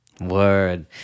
Word